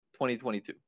2022